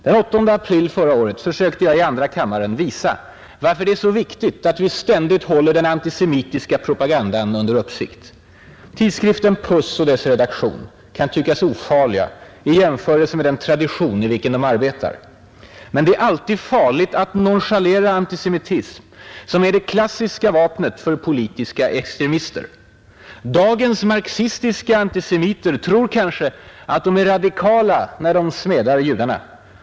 Den 8 april förra året försökte jag i andra kammaren visa varför det är så viktigt att vi ständigt håller den antisimitiska propagandan under uppsikt. Tidskriften Puss och dess redaktion kan tyckas ofarliga vid jämförelse med den tradition i vilken de arbetar. Men det är alltid farligt att nonchalera antisemitism, som är det klassiska vapnet för politiska extremister. Dagens marxistiska antisemiter tror kanske att de är radikala när de smädar judarna.